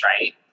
right